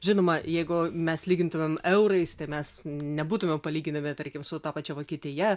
žinoma jeigu mes lygintumėm eurais tai mes nebūtumėm palyginami tarkim su ta pačia vokietija